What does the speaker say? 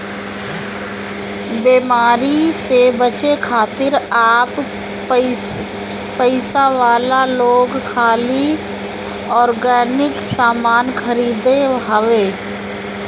बेमारी से बचे खातिर अब पइसा वाला लोग खाली ऑर्गेनिक सामान खरीदत हवे